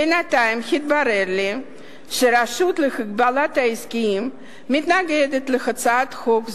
בינתיים התברר לי שהרשות להגבלים עסקיים מתנגדת להצעת חוק זו,